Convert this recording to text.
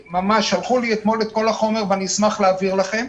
שלחו לי אתמול את כל החומר ואני אשמח להעביר לכם.